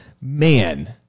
man